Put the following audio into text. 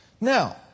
Now